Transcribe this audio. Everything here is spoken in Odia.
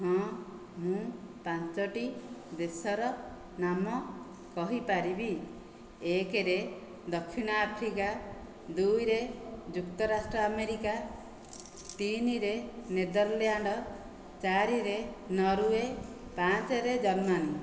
ହଁ ମୁଁ ପାଞ୍ଚୋଟି ଦେଶର ନାମ କହିପାରିବି ଏକରେ ଦକ୍ଷିଣ ଆଫ୍ରିକା ଦୁଇରେ ଯୁକ୍ତରାଷ୍ଟ୍ର ଆମେରିକା ତିନିରେ ନେଦର୍ଲ୍ୟାଣ୍ଡ ଚାରିରେ ନର୍ୱେ ପାଞ୍ଚରେ ଜର୍ମାନୀ